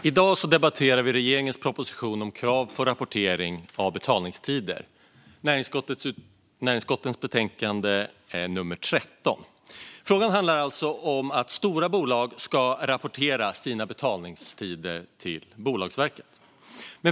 Fru talman! I dag debatterar vi regeringens proposition om krav på rapportering av betalningstider, näringsutskottets betänkande NU13. Frågan handlar alltså om att stora bolag ska rapportera sina betalningstider till Bolagsverket.